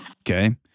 Okay